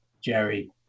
Jerry